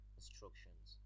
instructions